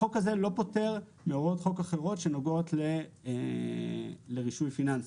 החוק הזה לא פוטר מהוראות חוק החברות שנוגעות לרישוי פיננסי,